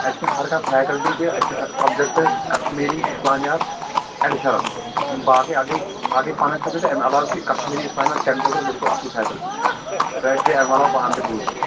اَتہِ چھِ ہر کانٛہہ فَیٚکَلٹی تہِ اَتہِ چھِ ہر سَبجَکٹ کشمیٖری اِسلامیات ایڈِشِنَل یِم باقٕے اَکھ گےَ اکھ گےٚ پَنٕنۍ سَبجَکٹ اَمہِ علاوٕ چھِ کشمیٖری اِسلامیات کَمپیوٗٹَر بِلکُل اَصٕل فیسَلٹی تۄہہِ آسہِ بیٚیہِ اَمہِ علاوٕ پانٛتہِ بوٗزمُت